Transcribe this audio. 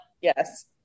Yes